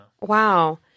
Wow